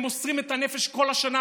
הם מוסרים את הנפש כל השנה,